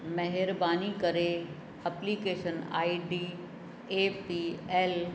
महिरबानी करे application I D A P L